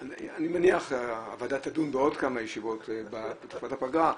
אני מניח שהוועדה תשב בעוד כמה ישיבות בתקופת הפגרה,